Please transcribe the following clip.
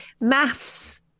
Maths